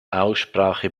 aussprache